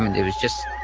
um and it was just,